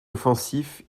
offensif